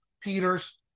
Peters